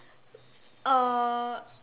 uh